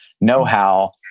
know-how